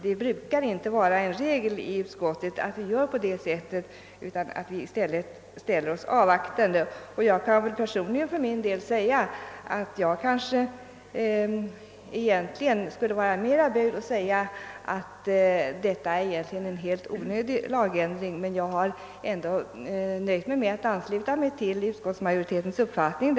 Det är inte bara regel inom utskottet att förfara på det sättet, utan vi brukar tvärtom ställa oss avvaktande, Personligen skulle jag vara mera böjd för att säga att denna lagändring skulle vara onödig, men jag har ändå nöjt mig med att ansluta mig till utskottsmajoritetens uppfattning.